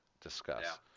discuss